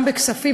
גם בכספים,